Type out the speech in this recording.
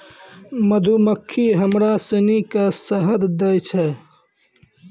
मधुमक्खी हमरा सिनी के शहद दै छै